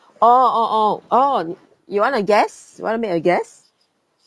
oh oh oh orh you want to guess you want to make a guess